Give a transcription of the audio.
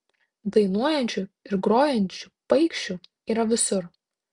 dainuojančių ir grojančių paikšių yra visur